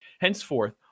Henceforth